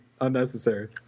unnecessary